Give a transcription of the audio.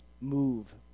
Move